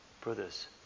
Brothers